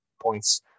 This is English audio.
points